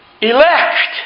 elect